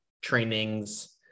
trainings